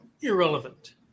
irrelevant